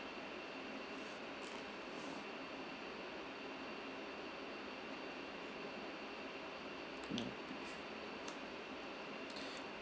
yeah